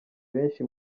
benshi